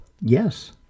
Yes